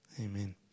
Amen